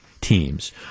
teams